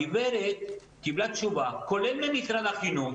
הגברת קיבלה תשובה, כולל תשובה ממשרד החינוך,